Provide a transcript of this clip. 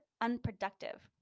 unproductive